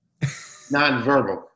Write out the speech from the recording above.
nonverbal